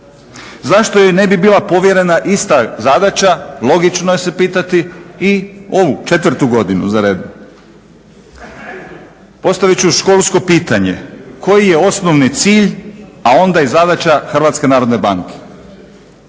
Zašto joj ne bi bila povjerena ista zadaća logično se pitati, i ovu četvrtu godinu zaredom. Postavit ću školsko pitanje koji je osnovni cilj, a onda i zadaća HNB-a.